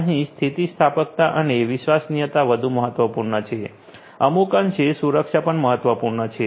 અહીં સ્થિતિસ્થાપકતા અને વિશ્વસનીયતા વધુ મહત્વપૂર્ણ છે અમુક અંશે સુરક્ષા પણ મહત્વપૂર્ણ છે